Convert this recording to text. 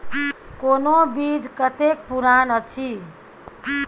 कोनो बीज कतेक पुरान अछि?